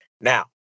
Now